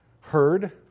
heard